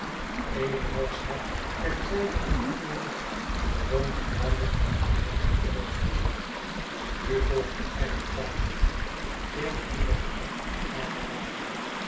evenals het ter zijde op het tooneel gewoonlijk duidelijk door iedereen gehoord wordt nu volgde er een pauze eer de nieuwe gerechten op tafel waren